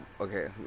okay